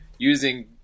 Using